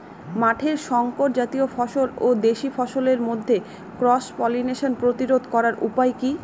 মাঠের শংকর জাতীয় ফসল ও দেশি ফসলের মধ্যে ক্রস পলিনেশন প্রতিরোধ করার উপায় কি?